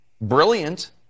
brilliant